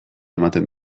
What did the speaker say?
ematen